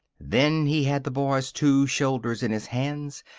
then he had the boy's two shoulders in his hands,